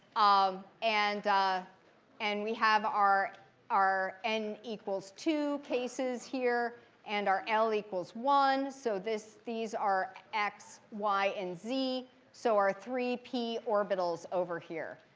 um and and we have our our n equals two cases here and our l equals one. so these are x, y, and z so our three p orbitals over here.